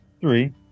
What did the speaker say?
Three